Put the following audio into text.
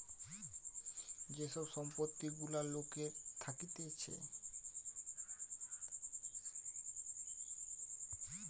যে সব সম্পত্তি গুলা লোকের থাকতিছে